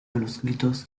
manuscritos